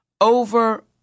over